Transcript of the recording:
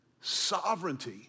sovereignty